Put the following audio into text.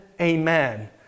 amen